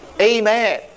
Amen